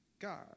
God